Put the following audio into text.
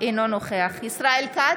אינו נוכח ישראל כץ,